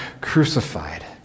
crucified